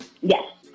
yes